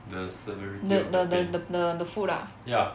the the the the the the foot ah